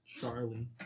Charlie